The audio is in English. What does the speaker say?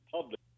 public